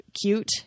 cute